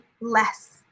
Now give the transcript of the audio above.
less